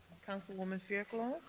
councilwoman fairclough.